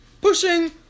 Pushing